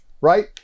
right